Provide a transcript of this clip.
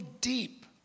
deep